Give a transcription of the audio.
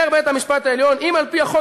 אמר בית-המשפט העליון: "אם על-פי החוק